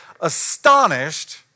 astonished